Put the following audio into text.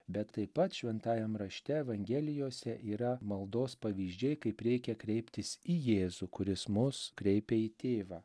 bet taip pat šventajam rašte evangelijose yra maldos pavyzdžiai kaip reikia kreiptis į jėzų kuris mus kreipia į tėvą